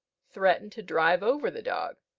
threatened to drive over the dog,